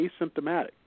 asymptomatic